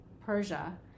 Persia